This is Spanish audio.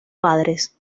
padres